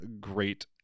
great